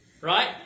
Right